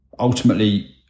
Ultimately